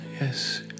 Yes